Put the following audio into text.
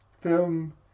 film